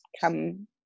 come